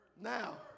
Now